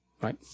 Right